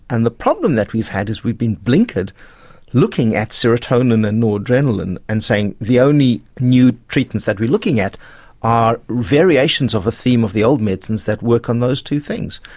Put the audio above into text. and the problem that we've had is we've been blinkered looking at serotonin and noradrenalin and saying the only new treatments that we're looking at are variations of a theme of the old medicines that work on those two things.